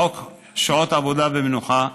חוק שעות עבודה ומנוחה,